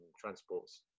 transports